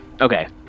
Okay